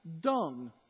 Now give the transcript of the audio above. dung